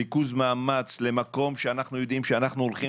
ריכוז מאמץ למקום שאנו יודעים שהולכים